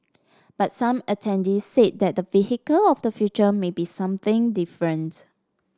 but some attendees said that the vehicle of the future may be something different